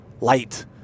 light